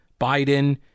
Biden